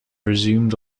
resumed